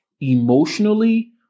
emotionally